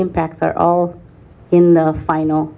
impacts are all in the final